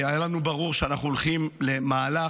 והיה לנו ברור שאנחנו הולכים למהלך.